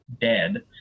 dead